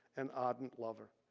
an ardent lover.